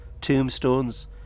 tombstones